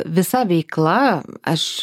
visa veikla aš